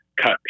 cut